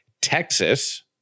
Texas